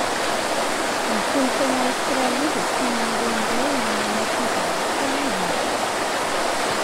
Ny kolotsaina aostralia dia tia mandehandeha, manao fizahan-tany